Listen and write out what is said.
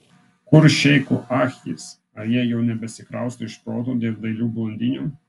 kur šeichų akys ar jie jau nebesikrausto iš proto dėl dailių blondinių